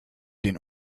den